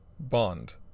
bond